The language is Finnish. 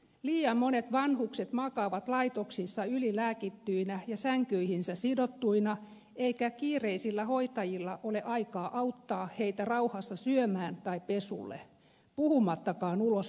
liian monet vanhukset makaavat laitoksissa ylilääkittyinä ja sänkyihinsä sidottuina eikä kiireisillä hoitajilla ole aikaa auttaa heitä rauhassa syömään tai pesulle puhumattakaan ulos viemisestä